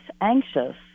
anxious